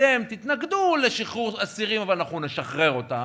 אתם תתנגדו לשחרור אסירים אבל אנחנו נשחרר אותם,